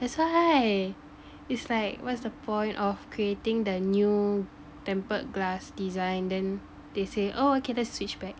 that's why it's like what's the point of creating the new tempered glass design then they say oh okay let's switch back